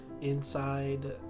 inside